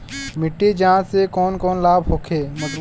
मिट्टी जाँच से कौन कौनलाभ होखे?